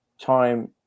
time